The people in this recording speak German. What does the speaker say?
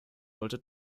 wollte